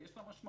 יש לה משמעות,